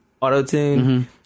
auto-tune